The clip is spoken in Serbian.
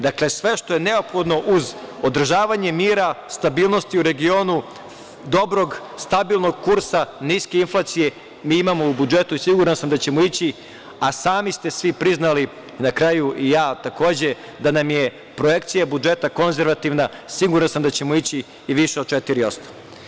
Dakle, sve što je neophodno uz održavanje mira, stabilnosti u regionu, dobrog, stabilnog kursa, niske inflacije, mi imamo u budžetu i siguran sam da ćemo ići, a sami ste svi priznali, a na kraju i ja, takođe, da nam je projekcija budžeta konzervativna, siguran sam da ćemo ići i više od 4%